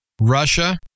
Russia